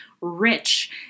rich